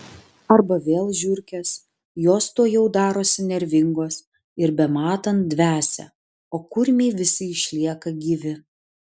arba vėl žiurkės jos tuojau darosi nervingos ir bematant dvesia o kurmiai visi išlieka gyvi